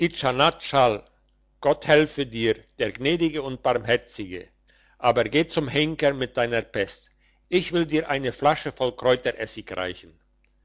gott helfe dir der gnädige und barmherzige aber geh zum henker mit deiner pest ich will dir eine flasche voll kräuteressig reichen